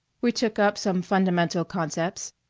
we took up some fundamental concepts,